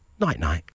night-night